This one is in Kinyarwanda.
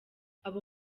abo